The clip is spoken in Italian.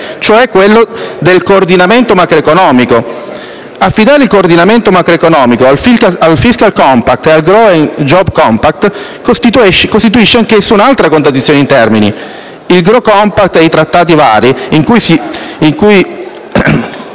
cioè del "coordinamento macroeconomico". Affidare il coordinamento macroeconomico al *fiscal compact* e al *growth and jobs compact* costituisce un'altra contraddizione in termini. Il *growth compact* e i trattati in cui si